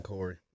Corey